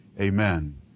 amen